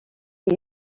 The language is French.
est